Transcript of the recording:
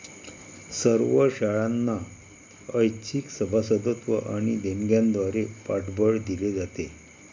सर्व शाळांना ऐच्छिक सभासदत्व आणि देणग्यांद्वारे पाठबळ दिले जाते